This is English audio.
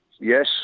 Yes